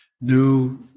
new